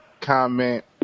comment